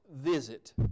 visit